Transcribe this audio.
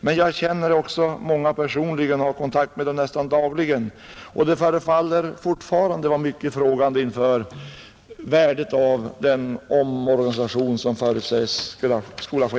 Men jag känner också många av dessa människor personligen och har kontakt med dem nästan dagligen, De förefaller fortfarande vara mycket frågande inför värdet av den omorganisation som förutsägs skola ske.